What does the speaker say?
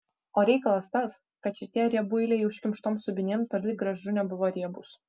o reikalas tas kad šitie riebuiliai užkimštom subinėm toli gražu nebuvo riebūs